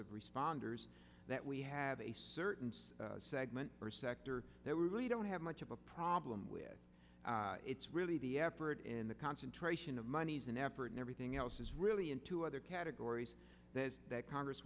of responders that we have a certain segment or a sector that we really don't have much of a problem with it's really the effort in the concentration of monies and effort and everything else is really into other categories that congress